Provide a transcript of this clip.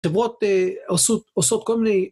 ‫תבואות עושות כל מיני...